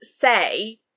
say